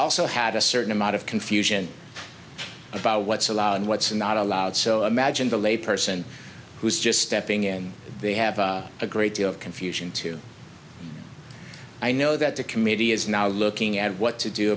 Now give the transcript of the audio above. also had a certain amount of confusion about what's allowed and what's not allowed so i imagine the lay person who's just stepping in they have a great deal of confusion too i know that the committee is now looking at what to do